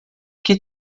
que